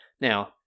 Now